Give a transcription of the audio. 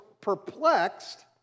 perplexed